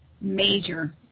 major